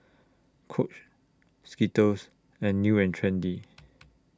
Coach Skittles and New and Trendy